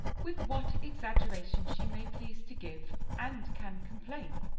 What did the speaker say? with what exaggeration she may please to give, and can complain.